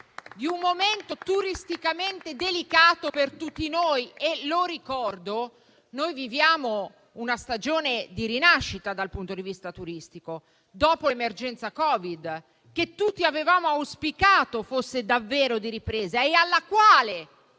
di un momento turisticamente delicato per tutti noi. Ribadisco che viviamo una stagione di rinascita dal punto di vista turistico dopo l'emergenza Covid, che tutti avevamo auspicato fosse davvero di ripresa e alla quale